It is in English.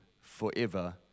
forever